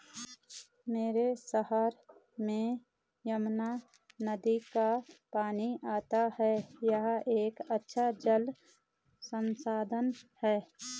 मेरे शहर में यमुना नदी का पानी आता है यह एक अच्छा जल संसाधन है